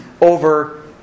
over